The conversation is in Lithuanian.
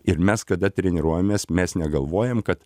ir mes kada treniruojamės mes negalvojam kad